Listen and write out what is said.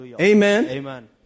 Amen